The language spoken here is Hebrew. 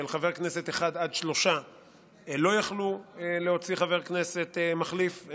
של חבר כנסת אחד עד שלושה לא יכלו להוציא חבר כנסת מחליף,